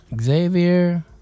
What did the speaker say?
Xavier